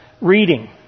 Reading